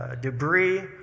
debris